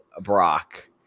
Brock